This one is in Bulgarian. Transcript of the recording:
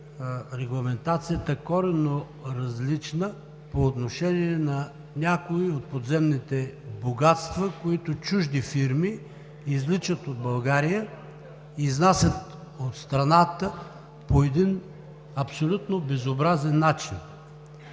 регламентацията коренно различна по отношение на някои от подземните богатства, които чужди фирми извличат от България, изнасят от страната по един абсолютно безобразен начин.